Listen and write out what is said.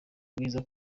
bwiza